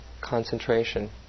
concentration